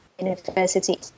university